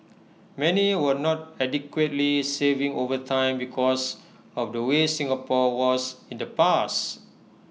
many were not adequately saving over time because of the way Singapore was in the past